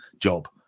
job